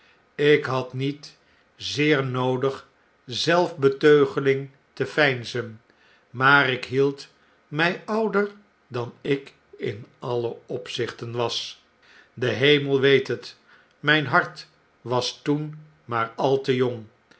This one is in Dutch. ik had niet zeer noodig zelfbeteugeling te veinzen maar ik hield my ouder dan ik in alle opzichten was de hemel weet het myn hart was toen maar altejong en